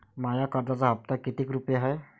माया कर्जाचा हप्ता कितीक रुपये हाय?